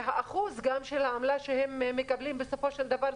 והאחוז של העמלה שהם מקבלים בסופו של דבר,